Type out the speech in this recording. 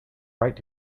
right